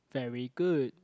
very good